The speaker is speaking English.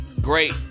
great